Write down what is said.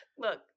Look